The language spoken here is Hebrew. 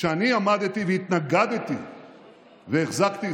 כשאני עמדתי והתנגדתי והחזקתי,